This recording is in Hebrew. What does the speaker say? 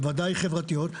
בוודאי חברתיות.